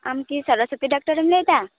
ᱟᱢ ᱠᱤ ᱥᱚᱨᱚᱥᱚᱛᱤ ᱰᱟᱠᱴᱟᱨᱮᱢ ᱞᱟᱹᱭᱮᱫᱟ